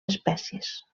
espècies